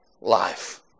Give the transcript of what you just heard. life